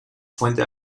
fuente